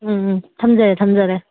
ꯎꯝ ꯎꯝ ꯊꯝꯖꯔꯦ ꯊꯝꯖꯔꯦ